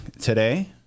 today